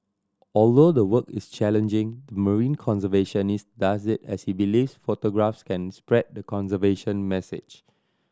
although the work is challenging the marine conservationist does it as he believes photographs can spread the conservation message